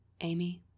Amy